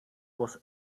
was